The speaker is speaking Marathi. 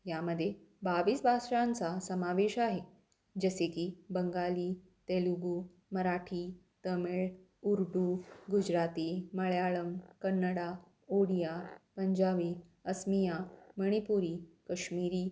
यामध्ये बावीस भाषांचा समावेश आहे जसे की बंगाली तेलुगू मराठी तमिळ उर्दू गुजराती मल्याळम कन्नडा ओडिया पंजाबी असमिया मणिपुरी कश्मीरी